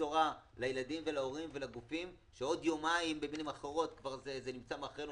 בשורה לילדים ולהורים ולגופים שעוד יומיים זה נמצא מאחורינו,